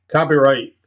Copyright